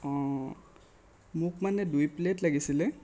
অঁ মোক মানে দুই প্লেট লাগিছিলে